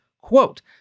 Quote